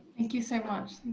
thank you so much.